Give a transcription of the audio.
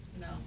No